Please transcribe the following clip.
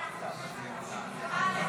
א'.